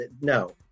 no